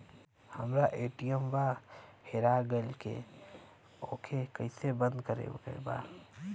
हमरा ए.टी.एम वा हेरा गइल ओ के के कैसे बंद करे के बा?